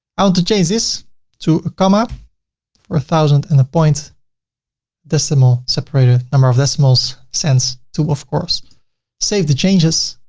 i want to change this to comma for a thousand and the point. the decimal separator, number of decimals sense to of course save the changes.